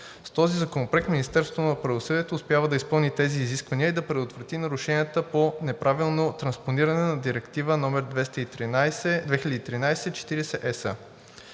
С този законопроект Министерството на правосъдието успява да изпълни тези изисквания и да предотврати нарушенията по неправилно транспониране на Директива № 2013/40/ЕС.